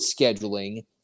scheduling